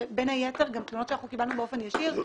בין היתר גם תלונות שאנחנו קיבלנו באופן ישיר.